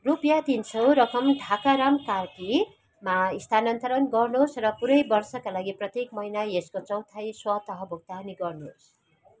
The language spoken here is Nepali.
रुपियाँ तिन सय रकम ढाकाराम कार्कीमा स्थानान्तरण गर्नुहोस् र पूरै वर्षका लागि प्रत्येक महिना यसको चौथाइ स्वतः भुक्तानी गर्नुहोस्